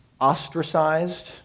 ostracized